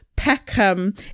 peckham